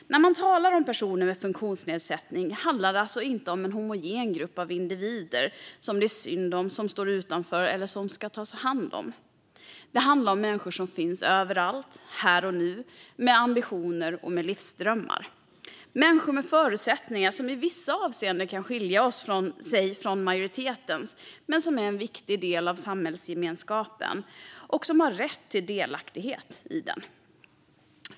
När man talar om personer med funktionsnedsättning handlar det inte om en homogen grupp individer som det är synd om, som står utanför eller som man ska ta hand om. Det handlar om människor som finns överallt, här och nu, med ambitioner och med livsdrömmar. Det är människor med förutsättningar som i vissa avseenden kan skilja sig från majoritetens men som är en viktig del av samhällsgemenskapen och som har rätt till delaktighet i den.